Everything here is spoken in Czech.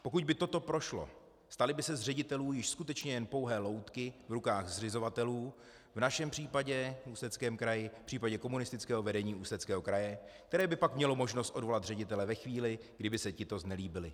Pokud by toto prošlo, stali by se z ředitelů již skutečně jen pouhé loutky v rukou zřizovatelů, v našem případě v Ústeckém kraji, v případě komunistického vedení Ústeckého kraje, které by pak mělo možnost odvolat ředitele ve chvíli, kdy by se tento znelíbil.